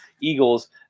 Eagles